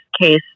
case